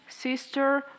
sister